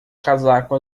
casaco